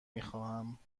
میخواهم